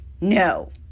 No